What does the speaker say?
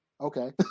Okay